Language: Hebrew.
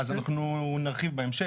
אז אנחנו נרחיב בהמשך.